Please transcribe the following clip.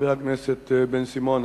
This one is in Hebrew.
לחבר הכנסת בן-סימון.